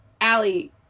Allie